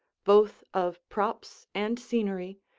both of props and scenery,